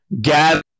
gather